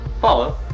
Follow